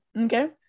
okay